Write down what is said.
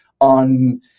on